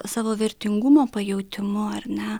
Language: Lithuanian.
savo vertingumo pajautimu ar ne